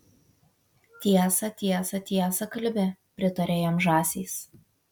tiesą tiesą tiesą kalbi pritarė jam žąsys